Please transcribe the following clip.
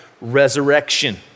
resurrection